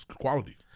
quality